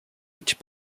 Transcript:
each